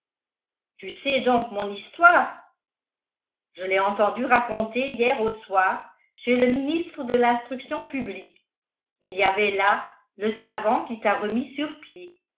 tu sais donc mon histoire je l'ai entendu raconter hier au soir chez le ministre de l'instruction publique il y avait là le savant qui t'a remis sur pied